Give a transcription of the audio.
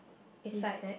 beside